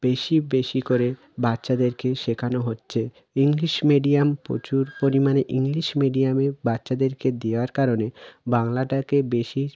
বেশি বেশি করে বাচ্চাদেরকে শেখানো হচ্ছে ইংলিশ মিডিয়াম প্রচুর পরিমাণে ইংলিশ মিডিয়ামে বাচ্চাদেরকে দেওয়ার কারণে বাংলাটাকে বেশি